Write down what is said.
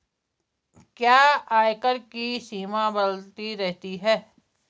क्या आयकर की सीमा बदलती रहती है?